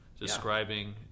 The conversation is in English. describing